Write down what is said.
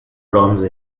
bronze